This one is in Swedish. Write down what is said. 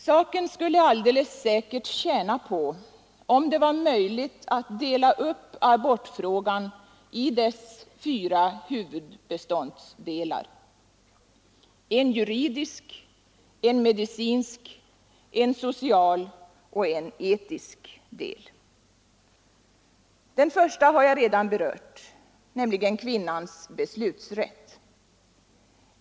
Saken skulle alldeles säkert tjäna på om det var möjligt att dela upp abortfrågan i dess fyra huvudbeståndsdelar: en juridisk, en medicinsk, en social och en etisk del. Den första har jag redan berört, nämligen kvinnans beslutsrätt.